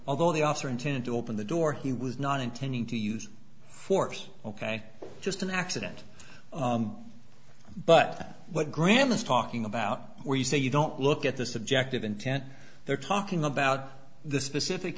although the officer intended to open the door he was not intending to use force ok just an accident but what graham is talking about where you say you don't look at the subject of intent they're talking about the specific